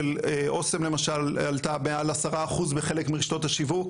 אוסם למשל העלתה מעל 10% בחלק מרשתות השיווק,